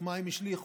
ומה הן השליכו,